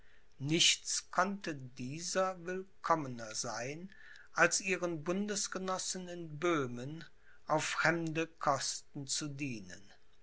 nichts konnte dieser willkommener sein als ihren bundesgenossen in böhmen auf fremde kosten zu dienen